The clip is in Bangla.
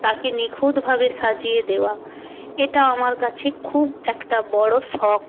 তাকে নিখুঁতভাবে সাজিয়ে দেওয়া এটা আমার কাছে খুব একটা বড়ো শখ